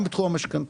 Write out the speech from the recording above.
גם בתחום המשכנתאות.